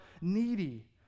needy